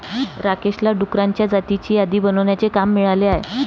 राकेशला डुकरांच्या जातींची यादी बनवण्याचे काम मिळाले आहे